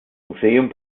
museum